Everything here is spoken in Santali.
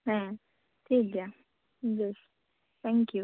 ᱦᱮᱸ ᱴᱷᱤᱠ ᱜᱮᱭᱟ ᱵᱮᱥ ᱛᱷᱮᱸᱝᱠ ᱤᱭᱩ